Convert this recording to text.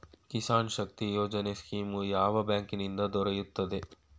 ಕಿಸಾನ್ ಶಕ್ತಿ ಯೋಜನೆ ಸ್ಕೀಮು ಯಾವ ಬ್ಯಾಂಕಿನಿಂದ ದೊರೆಯುತ್ತದೆ?